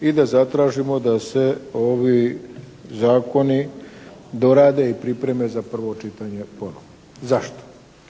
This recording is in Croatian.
i da zatražimo da se ovi zakoni dorade i pripreme za prvo čitanje ponovo. Zašto?